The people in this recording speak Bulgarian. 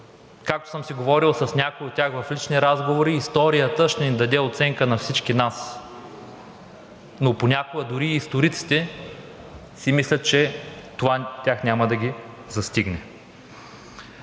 Както съм говорил с някои от тях в лични разговори, историята ще ни даде оценка на всички нас, но понякога дори и историците си мислят, че това тях няма да ги застигне.